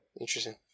Interesting